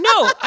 No